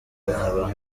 nkaba